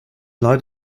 light